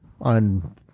on